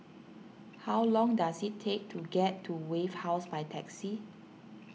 how long does it take to get to Wave House by taxi